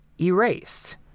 Erased